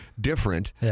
different